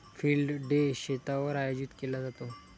field day शेतावर आयोजित केला जातो